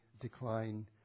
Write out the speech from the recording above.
decline